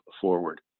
forward